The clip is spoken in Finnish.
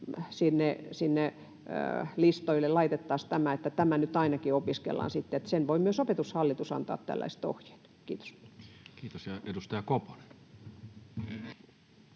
listoille laitettaisiin tämä, että ainakin nyt tämä opiskellaan. Myös Opetushallitus voi antaa tällaiset ohjeet. — Kiitos. Kiitos. — Ja edustaja Koponen.